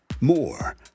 More